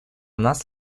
нас